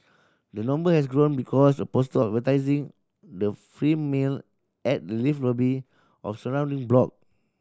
the number has grown because of poster advertising the free meal at the lift lobby of surrounding block